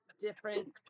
different